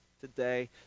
today